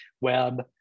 web